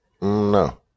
No